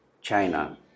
China